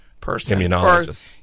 Immunologist